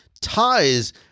ties